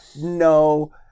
No